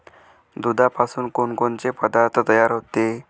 दुधापासून कोनकोनचे पदार्थ तयार होते?